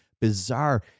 bizarre